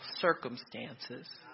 circumstances